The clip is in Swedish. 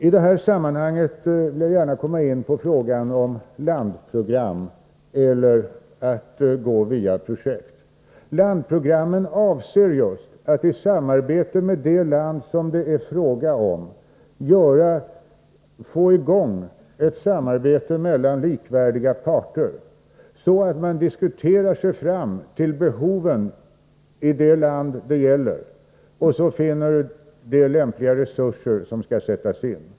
I detta sammanhang vill jag gärna komma in på frågan om huruvida man skall ha landprogram eller gå via projekt. Landprogrammen avser just att i samverkan med det land som det är fråga om få i gång ett samarbete mellan likvärdiga parter, så att man diskuterar sig fram till behoven i det land som det gäller och finner de lämpliga resurser som skall sättas in.